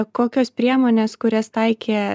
kokios priemonės kurias taikė